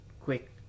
quick